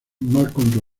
malcolm